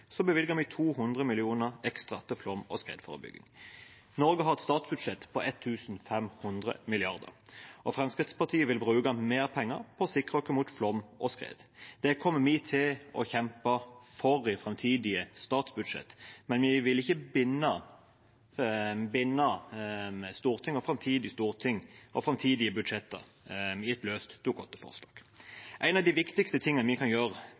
vi 200 mill. kr ekstra til flom- og skredforebygging. Norge har et statsbudsjett på 1 500 mrd. kr., og Fremskrittspartiet vil bruke mer penger på å sikre oss mot flom og skred. Det kommer vi til å kjempe for i framtidige statsbudsjetter, men vi vil ikke binde Stortinget, framtidige storting og framtidige budsjetter med et løst Dokument 8-forslag. En av de viktigste tingene vi kan gjøre,